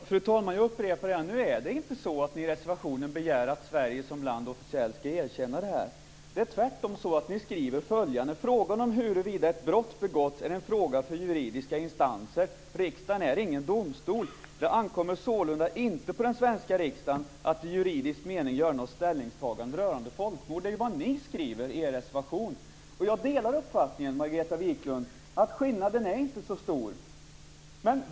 Fru talman! Jag upprepar att ni inte i reservationen begär att Sverige som land officiellt ska erkänna det här. Tvärtom skriver ni följande: Frågan om huruvida ett brott begåtts är en fråga för juridiska instanser. Riksdagen är ingen domstol. Det ankommer sålunda inte på den svenska riksdagen att, i juridisk mening, göra något ställningstagande rörande folkmord. Det är vad ni skriver i er reservation. Jag delar uppfattningen, Margareta Viklund, att skillnaden inte är så stor.